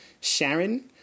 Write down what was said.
Sharon